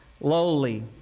lowly